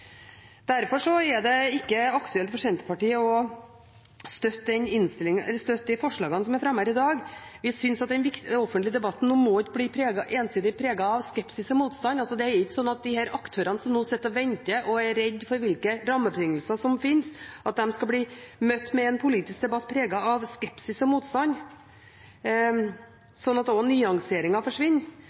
Derfor er det ikke aktuelt for Senterpartiet å støtte de forslagene som er fremmet her i dag. Vi mener at den offentlige debatten ikke må bli ensidig preget av skepsis og motstand. Det er ikke slik at de aktørene som nå sitter og venter og er redde for hvilke rammebetingelser som finnes, skal bli møtt med en politisk debatt preget av skepsis og motstand, slik at nyanseringen forsvinner.